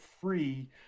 free